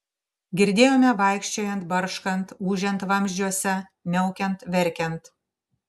girdėjome vaikščiojant barškant ūžiant vamzdžiuose miaukiant verkiant